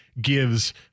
gives